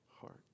heart